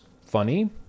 funny